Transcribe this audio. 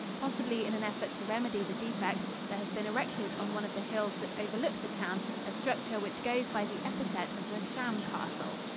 possibly in an effort to remedy the defect, there has been erected on one of the hills that overlook the town a structure which goes by the epithet of the sham castle.